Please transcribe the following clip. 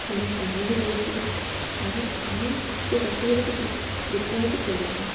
ଏବଂ ପାଣି ବି ଦଉଛୁ ଆଉ ଆମେ ସେ ଗଛ ଗୁଡ଼ିକୁ ବିକ୍ରୟ ବି କରୁଛୁ